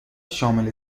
شامل